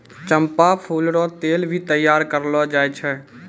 चंपा फूल रो तेल भी तैयार करलो जाय छै